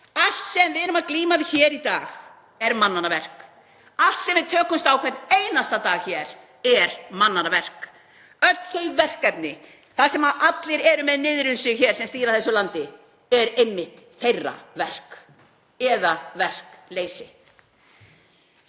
Allt sem við erum að glíma við hér í dag er mannanna verk. Allt sem við tökumst á við hvern einasta dag hér er mannanna verk. Öll þau verkefni þar sem allir eru með niðrum sig hér sem stýra þessu landi eru einmitt þeirra verk eða verkleysi.